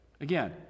Again